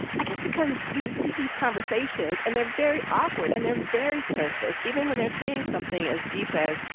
i guess, because you see these conversations and they're very awkward and they're very surface, even when they're saying something as deep as,